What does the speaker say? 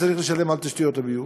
צריך לשלם על תשתיות הביוב?